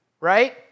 right